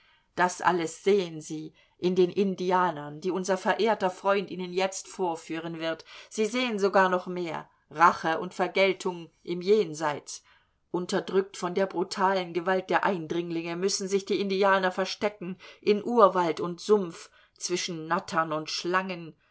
das alles sehen sie in den indianern die unser verehrter freund ihnen jetzt vorführen wird sie sehen sogar noch mehr rache und vergeltung im jenseits unterdrückt von der brutalen gewalt der eindringlinge müssen sich die indianer verstecken in urwald und sumpf zwischen nattern und schlangen